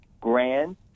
grand